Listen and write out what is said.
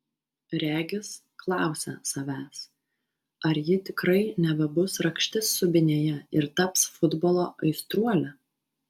regis klausia savęs ar ji tikrai nebebus rakštis subinėje ir taps futbolo aistruole